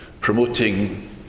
promoting